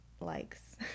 likes